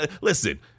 Listen